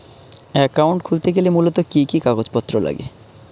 Account খুলতে গেলে মূলত কি কি কাগজপত্র লাগে?